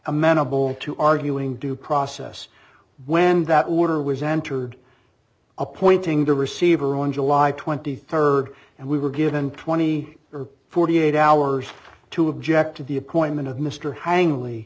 amenable to arguing due process when that order was entered appointing the receiver on july twenty third and we were given twenty or forty eight hours to object to the appointment of mr han